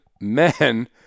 men